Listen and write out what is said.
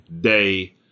day